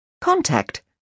Contact